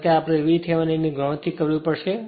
કારણ કે આપણે VThevenin ની ગણતરી કરવી પડશે